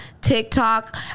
tiktok